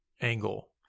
angle